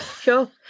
Sure